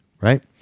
right